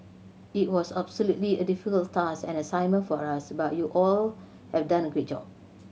it was absolutely a difficult task and assignment for us but you all have done a great job